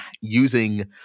using